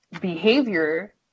behavior